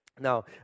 Now